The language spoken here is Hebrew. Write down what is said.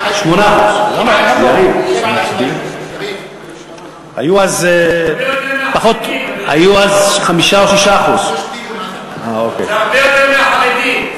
8%. 8%. היו אז 5% או 6%. הרבה יותר מהחרדים,